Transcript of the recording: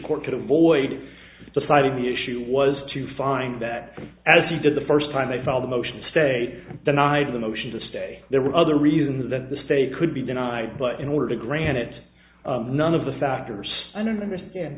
court could avoid the finding the issue was to find that as he did the first time they filed a motion to stay denied the motion to stay there were other reasons that the state could be denied but in order to grant it none of the factors i don't understand